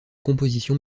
compositions